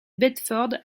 bedford